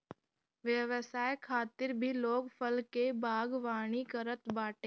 व्यवसाय खातिर भी लोग फल के बागवानी करत बाटे